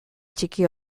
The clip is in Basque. txiki